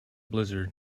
blizzard